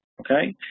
okay